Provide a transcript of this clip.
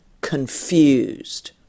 confused